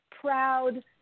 Proud